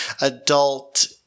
adult